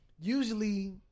usually